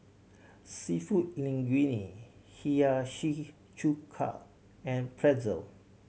Seafood Linguine Hiyashi Chuka and Pretzel